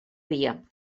dia